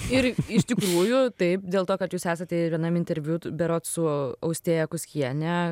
ir iš tikrųjų taip dėl to kad jūs esate ir vienam interviu berods su austėja kuskiene